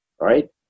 right